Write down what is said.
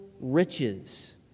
riches